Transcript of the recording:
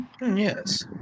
Yes